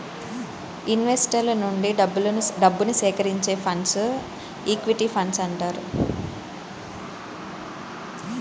ఇన్వెస్టర్ల నుంచి డబ్బుని సేకరించే ఫండ్స్ను ఈక్విటీ ఫండ్స్ అంటారు